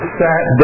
sat